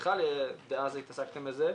אז התעסקתם בזה.